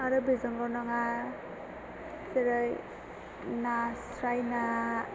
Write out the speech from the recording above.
आरो बेजोंल' नङा जेरै नास्राय ना